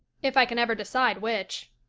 if i can ever decide which.